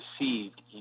received